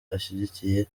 ashyigikiye